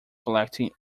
collecting